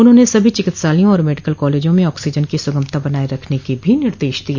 उन्होंने सभी चिकित्सालयों और मेडिकल कॉलेजों में आक्सीजन की सुगमता बनाये रखने के भी निर्देश दिय